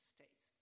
States